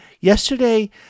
Yesterday